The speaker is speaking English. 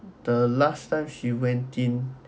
the last time she went in